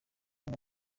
umwe